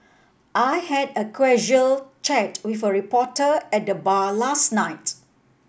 I had a casual chat with a reporter at the bar last night